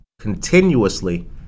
continuously